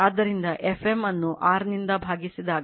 ಆದ್ದರಿಂದ f m ಅನ್ನು R ನಿಂದ ಭಾಗಿಸಿದಾಗ 1